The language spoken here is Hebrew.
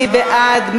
מי בעד?